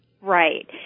Right